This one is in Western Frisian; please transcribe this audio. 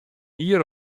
jier